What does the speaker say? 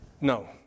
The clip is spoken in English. No